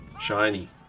shiny